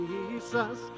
Jesus